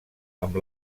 amb